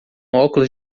óculos